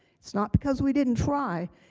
not because we didn't try.